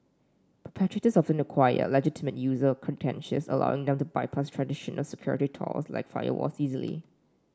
perpetrators often acquire legitimate user credentials allowing them to bypass traditional security tools like firewalls easily